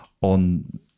on